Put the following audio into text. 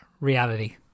Reality